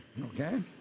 Okay